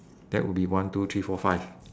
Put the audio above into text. that would be one two three four five